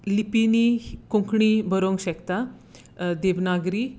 लिपींनी कोंकणी बरोवंक शकता देवनागरी